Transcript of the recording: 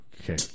Okay